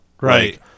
right